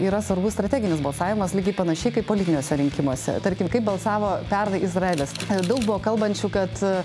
yra svarbus strateginis balsavimas lygiai panašiai kaip politiniuose rinkimuose tarkim kaip balsavo pernai izraelis daug buvo kalbančių kad